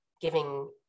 giving